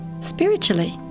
spiritually